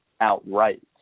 outright